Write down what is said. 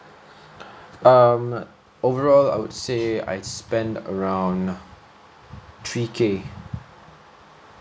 um overall I would say I spend around three K